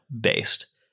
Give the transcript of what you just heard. Based